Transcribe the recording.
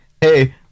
hey